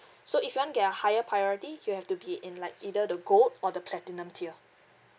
so if you want to get a higher priority you have to be in like either the gold or the platinum tier